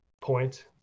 point